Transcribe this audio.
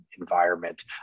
environment